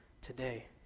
today